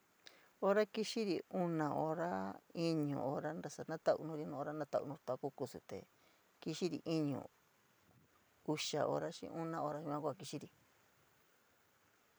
Hora kíxiiri una hora, iñi hora ntusa na tau nuri na hora natau nuri tua kuu kusuri te kixiri iñu uxa hora xii una hora yua kua kixiiri.